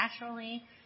naturally